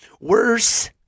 Worse